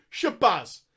shabazz